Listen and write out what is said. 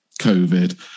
COVID